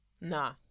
nah